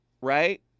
right